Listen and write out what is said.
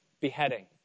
beheading